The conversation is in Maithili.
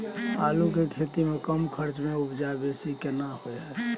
आलू के खेती में कम खर्च में उपजा बेसी केना होय है?